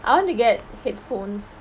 I want to get headphones